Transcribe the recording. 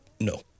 No